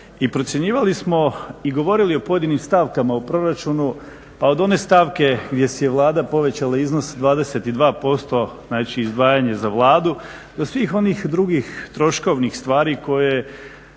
procjenjivali smo i govorili o pojedinim stavkama u proračunu, pa od one stavke gdje si je Vlada povećala iznos 22%, znači izdvajanje za Vladu do svih onih drugih troškovnih stvari koje